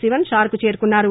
శివన్ షార్కు చేరుకున్నారు